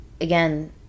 again